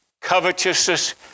covetousness